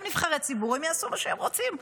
הם נבחרי ציבור, הם יעשו מה שהם רוצים.